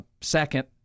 Second